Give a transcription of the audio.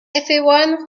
everyone